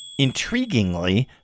Intriguingly